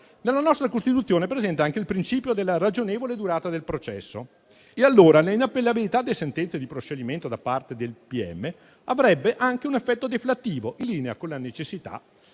La nostra Costituzione presenta anche il principio della ragionevole durata del processo. Allora, l'inappellabilità di sentenze di proscioglimento da parte del pubblico ministero avrebbe un effetto deflattivo, in linea con la necessità,